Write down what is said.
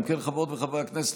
חברות וחברי הכנסת,